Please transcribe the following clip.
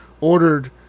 ordered